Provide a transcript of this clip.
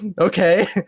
Okay